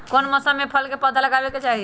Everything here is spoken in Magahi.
कौन मौसम में फल के पौधा लगाबे के चाहि?